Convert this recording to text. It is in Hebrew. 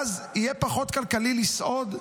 ואז יהיה פחות כלכלי לסעוד,